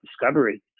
Discovery